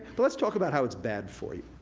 but let's talk about how it's bad for you.